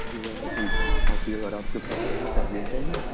जी अभी आ जाइए